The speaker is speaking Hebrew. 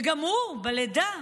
וגם הוא, בלידה,